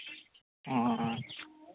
ᱚ